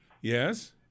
Yes